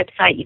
website